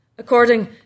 According